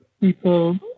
people